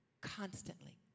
constantly